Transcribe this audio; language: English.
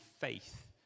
faith